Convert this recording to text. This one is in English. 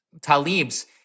Talib's